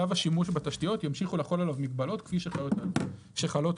שלב השימוש בתשתיות ימשיכו לחול עליו מגבלות כפי שחלות היום.